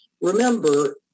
Remember